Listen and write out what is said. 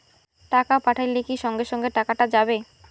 টাকা পাঠাইলে কি সঙ্গে সঙ্গে টাকাটা যাবে?